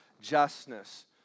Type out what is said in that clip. justness